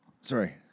sorry